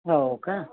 हो का